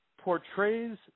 portrays